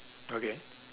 okay